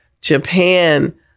Japan